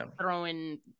throwing